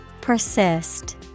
persist